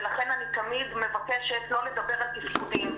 ולכן אני תמיד מבקשת לא לדבר על תפקודים.